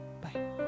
bye